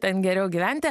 ten geriau gyventi